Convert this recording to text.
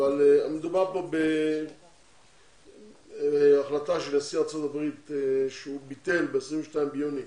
המדובר פה בהחלטה של נשיא ארה"ב שביטל ב-22 ליוני